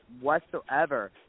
whatsoever